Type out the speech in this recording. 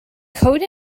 code